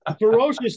ferocious